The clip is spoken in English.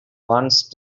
once